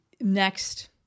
next